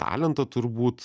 talentą turbūt